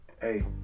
Hey